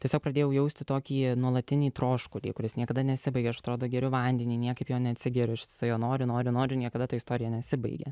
tiesiog pradėjau jausti tokį nuolatinį troškulį kuris niekada nesibaigia atrodo geriu vandenį niekaip jo neatsigeriu ištisai jo noriu noriu noriu niekada ta istorija nesibaigia